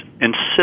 insist